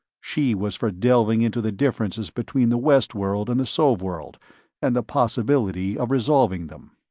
she was for delving into the differences between the west-world and the sov-world and the possibility of resolving them.